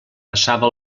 passava